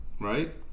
right